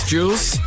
Jules